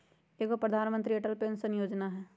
एगो प्रधानमंत्री अटल पेंसन योजना है?